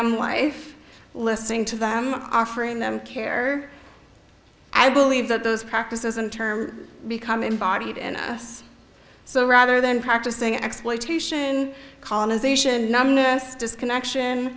why if listening to them offering them care i believe that those practices and term become in body heat and us so rather than practicing exploitation colonization numbness disconnection